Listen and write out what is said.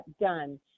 done